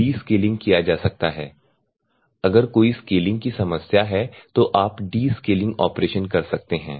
descaling किया जा सकता है अगर कोई स्केलिंग की समस्या है तो आप डीस्केलिंग ऑपरेशन कर सकते हैं